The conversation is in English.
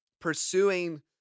pursuing